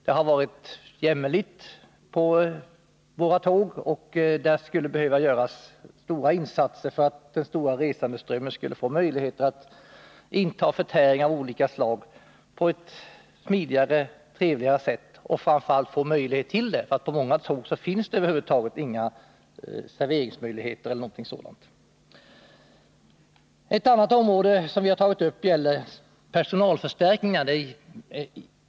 Det har varit jämmerligt på våra tåg, och det skulle behöva göras rejäla insatser för att den stora resandeströmmen skall få möjlighet att inta förtäring på ett smidigare och trevligare sätt — på många tåg finns det f. ö. inte alls några serveringsmöjligheter. Ett annat område som vi har berört gäller personalförstärkningar.